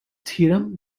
theorem